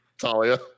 Talia